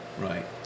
right